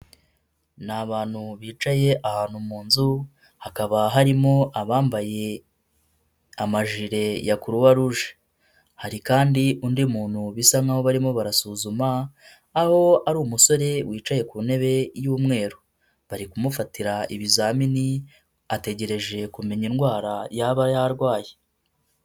Ni abantu bicaye ahantu mu nzu hakaba harimo abambaye amajire ya Croix Rouge. Hari kandi undi muntu bisa nk'aho barimo barasuzuma, aho ari umusore wicaye ku ntebe y'umweru bari kumufatira ibizamini, ategereje kumenya indwara yaba yarwaye.